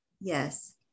yes